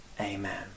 Amen